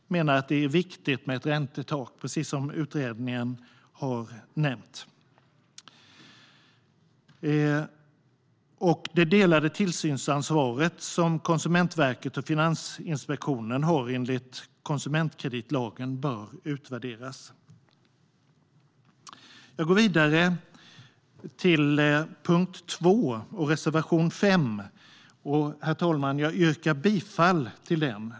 Vi menar att det är viktigt med ett räntetak, precis som utredningen har nämnt, och det delade tillsynsansansvaret som Konsumentverket och Finansinspektionen har enligt konsumentkreditlagen bör utvärderas. Jag går vidare till punkt 2 och reservation 5, och, herr talman, jag yrkar bifall till den.